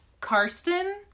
Karsten